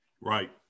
Right